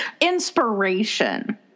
Inspiration